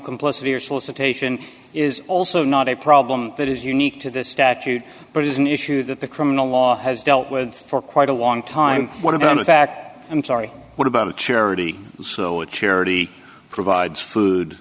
complicity or solicitation is also not a problem that is unique to this statute but it is an issue that the criminal law has dealt with for quite a long time one of them in fact i'm sorry what about a charity so a charity provides food